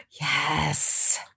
Yes